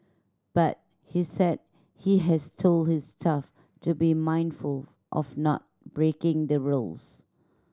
but he said he has told his staff to be mindful of not breaking the rules